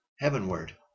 heavenward